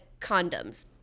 condoms